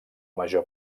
major